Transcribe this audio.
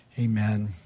Amen